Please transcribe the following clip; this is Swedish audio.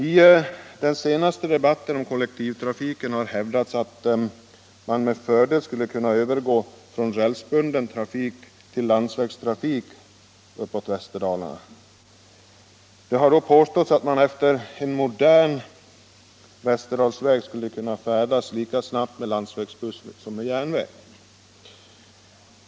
I den senaste tidens debatt om kollektivtrafiken har hävdats att man med fördel skulle kunna övergå från rälsbunden trafik till landsvägstrafik uppåt Västerdalarna. Det har då påståtts att efter en modern Västerdalsväg skulle resorna gå lika snabbt med landsvägsbuss som med järnväg.